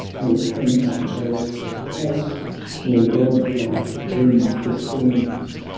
nor can i boast a pulse more god-like, than the storm's